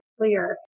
clear